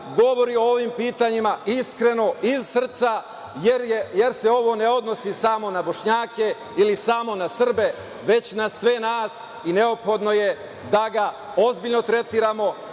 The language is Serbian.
govori o ovim pitanjima iskreno, iz srca, jer se ovo ne odnosi samo na Bošnjake ili samo na Srbe, već na sve nas i neophodno je da ga ozbiljno tretiramo